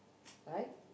right